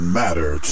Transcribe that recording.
matter